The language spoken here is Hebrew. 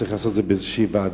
צריך לעשות את זה באיזו ועדה,